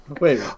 Wait